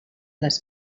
les